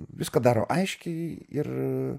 viską daro aiškiai ir